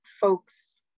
folks